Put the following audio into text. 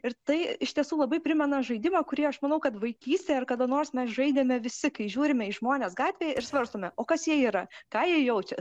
ir tai iš tiesų labai primena žaidimą kurį aš manau kad vaikystėje ar kada nors mes žaidėme visi kai žiūrime į žmones gatvėje ir svarstome o kas jie yra ką jie jaučia